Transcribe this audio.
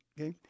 okay